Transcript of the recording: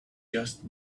just